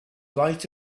light